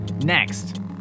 next